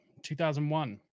2001